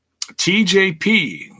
TJP